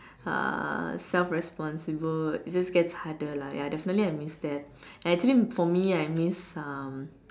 uh self responsible just get harder lah ya definitely I miss that and actually for me I miss um